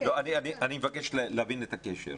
אני מבקש להבין את הקשר.